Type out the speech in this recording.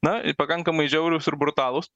na ir pakankamai žiaurūs ir brutalūs